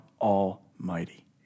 Almighty